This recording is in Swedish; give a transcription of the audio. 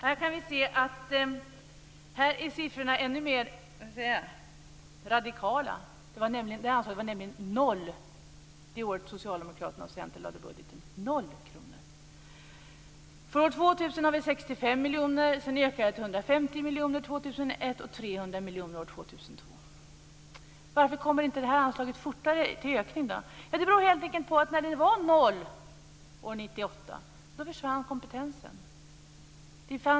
Här kan vi se att siffrorna är ännu mer radikala. Det anslaget var nämligen noll kronor det år då För år 2000 har vi 65 miljoner. Sedan ökar det till 150 Varför ökar inte det här anslaget fortare, då? Jo, det beror helt enkelt på att när det var noll kronor år 1998 försvann kompetensen.